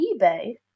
eBay